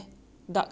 black